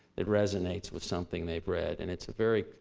that resonates with something they've read and it's a very,